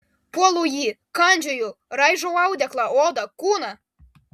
puolu jį kandžioju raižau audeklą odą kūną